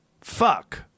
Fuck